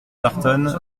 tartonne